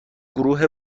گروه